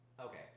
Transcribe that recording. Okay